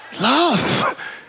Love